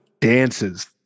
dances